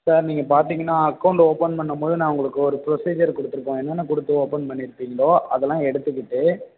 sir நீங்கள் பார்த்திங்கன்னா account open பண்ணம்போது நான் ஒங்களுக்கு ஒரு ப்ரொசிஜர் கொடுத்துருப்பன் என்னான கொடுத்து ஓபன் பண்ணிருப்பிங்களோ அதெலாம் எடுத்துக்கிட்டு